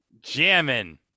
Jamming